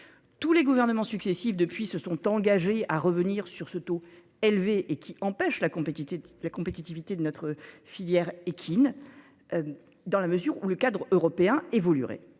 Tous les gouvernements successifs depuis, se sont engagés à revenir sur ce taux élevé et qui empêche la compétition la compétitivité de notre filière équine. Dans la mesure où le cadre européen évoluerait